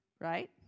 right